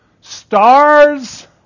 stars